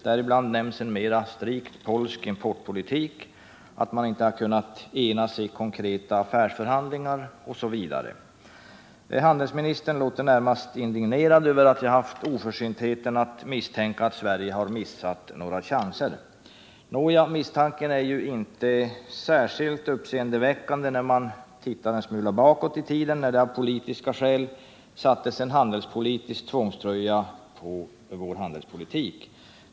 Däribland nämns en mera strikt polsk importpolitik, att man inte kunnat ena sig i konkreta affärsförhandlingar, osv. Handelsministern lät närmast indignerad över att jag har haft oförsyntheten att misstänka att Sverige har missat några chanser. Nåja, misstanken är inte särskilt uppseendeväckande, om man ser litet bakåt i tiden, då det av politiska skäl sattes en handelspolitisk tvångströja på vår handelspolitik.